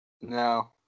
No